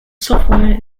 software